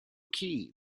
key